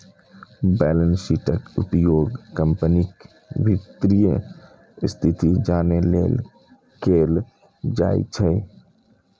balance शीटक उपयोग कंपनीक वित्तीय स्थिति जानै लेल कैल जाइ छै